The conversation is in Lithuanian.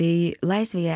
tai laisvėje